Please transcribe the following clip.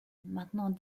maintenant